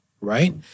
Right